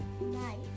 Nice